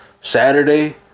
saturday